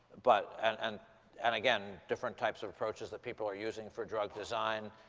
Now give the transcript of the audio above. but and and and again, different types of approaches that people are using for drug design,